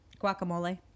guacamole